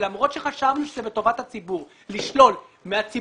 למרות שחשבנו שזה בטובת הציבור לשלול מהציבור